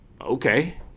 Okay